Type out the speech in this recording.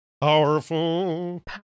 Powerful